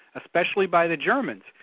especially by the germans,